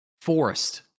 forest